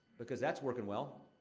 because that's working well.